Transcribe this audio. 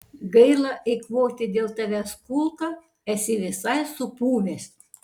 gaila eikvoti dėl tavęs kulką esi visai supuvęs